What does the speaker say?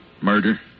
Murder